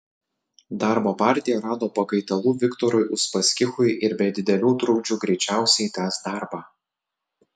darbo partija rado pakaitalų viktorui uspaskichui ir be didelių trukdžių greičiausiai tęs darbą